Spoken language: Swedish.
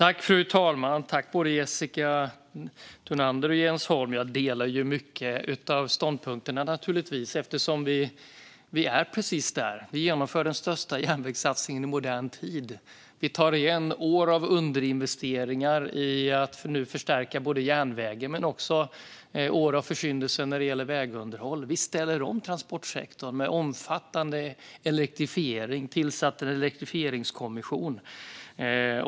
Fru talman! Tack, både Jessica Thunander och Jens Holm! Jag delar naturligtvis många av era ståndpunkter eftersom vi är precis där. Vi genomför den största järnvägssatsningen i modern tid. Vi tar igen år av underinvesteringar i järnvägen men också år av försyndelser när det gäller vägunderhåll. Vi ställer om transportsektorn med omfattande elektrifiering. Vi har tillsatt en elektrifieringskommission.